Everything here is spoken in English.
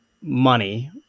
money